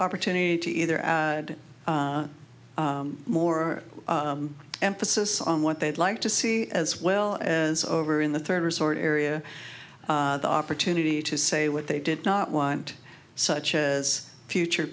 opportunity to either add more emphasis on what they'd like to see as well as over in the third resort area the opportunity to say what they did not want such as future